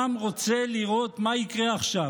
העם רוצה לראות מה יקרה עכשיו.